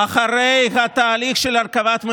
בוודאי אני לא נכנס לתחרות הזאת.